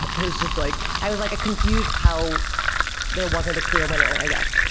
it was just like i was like confused how there wasn't a clear winner, i guess.